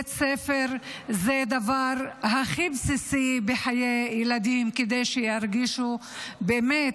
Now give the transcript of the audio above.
שבית ספר זה הדבר הכי בסיסי בחיי ילדים כדי שירגישו באמת,